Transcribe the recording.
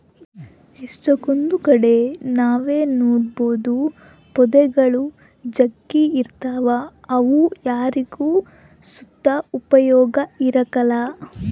ಎಷ್ಟಕೊಂದ್ ಕಡೆ ನಾವ್ ನೋಡ್ಬೋದು ಪೊದೆಗುಳು ಜಗ್ಗಿ ಇರ್ತಾವ ಅವು ಯಾರಿಗ್ ಸುತ ಉಪಯೋಗ ಇರಕಲ್ಲ